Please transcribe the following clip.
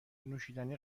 نوشیدنی